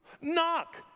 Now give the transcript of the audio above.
Knock